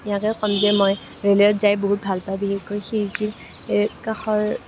মই ৰেলত যাই বহুত ভাল পাওঁ বুলি কাষৰ